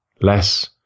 less